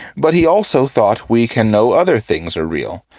but he also thought we can know other things are real,